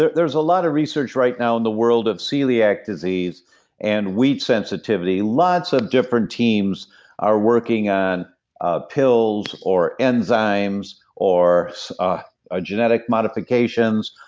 there's a lot of research right now in the world of celiac disease and wheat sensitivity. lots of different teams are working on ah pills, or enzymes, or ah genetic modifications,